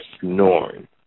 snoring